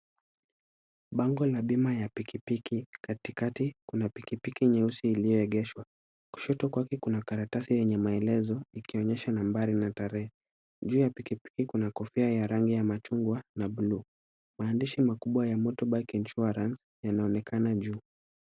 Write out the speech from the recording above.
Bango la bima ya pikipiki. Katikati kuna pikipiki nyeusi iliyoegeshwa. Kushoto kwake kuna karatasi yenye maelezo ikionyesha nambari na tarehe. Juu ya pikipiki kuna kofia ya rangi ya machungwa na buluu. Maandishi makubwa ya motorbike insurance yanaonekana juu.